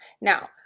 Now